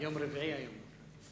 יום רביעי היום.